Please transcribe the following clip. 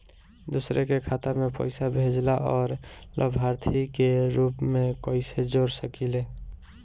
दूसरे के खाता में पइसा भेजेला और लभार्थी के रूप में कइसे जोड़ सकिले?